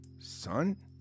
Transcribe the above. son